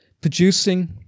producing